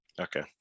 Okay